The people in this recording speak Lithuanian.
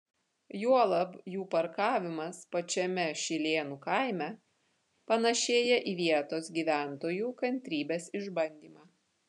juolab jų parkavimas pačiame šilėnų kaime panašėja į vietos gyventojų kantrybės išbandymą